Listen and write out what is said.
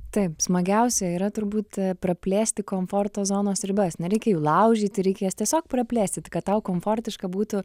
taip smagiausia yra turbūt praplėsti komforto zonos ribas nereikia jų laužyti reikia jas tiesiog praplėsit tik kad tau komfortiška būtų